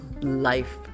life